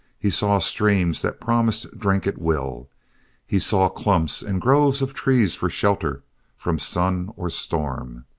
he saw streams that promised drink at will he saw clumps and groves of trees for shelter from sun or storm.